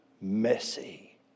messy